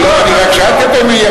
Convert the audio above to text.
מה יקרה עם הילדים של צ'לסי,